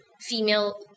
female